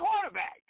quarterback